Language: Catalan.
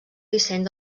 disseny